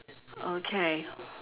okay